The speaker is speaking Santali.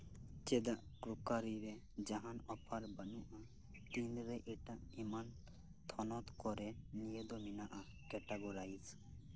ᱪᱮᱫᱟᱜ ᱠᱩᱠᱟᱨᱤ ᱨᱮ ᱡᱟᱸᱦᱟᱱ ᱚᱯᱷᱟᱨ ᱵᱟᱹᱱᱩᱜᱼᱟ ᱛᱤᱱᱨᱮ ᱮᱴᱟᱜ ᱮᱢᱟᱱ ᱛᱷᱚᱱᱚᱛ ᱠᱚᱨᱮ ᱱᱤᱭᱮ ᱫᱚ ᱢᱮᱱᱟᱜᱼᱟ ᱠᱮᱴᱟᱜᱚᱨᱤ